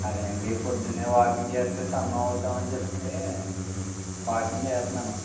అదే అండీ పొద్దునే వాకింగ్ చేస్తే సన్నం అవుతాం అని చెప్తే వాకింగ్ చేస్తున్నాను